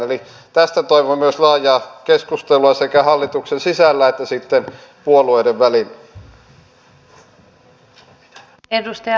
eli tästä toivon myös laajaa keskustelua sekä hallituksen sisällä että sitten puolueiden välillä